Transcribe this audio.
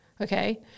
okay